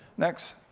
next.